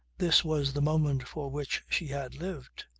this was the moment for which she had lived.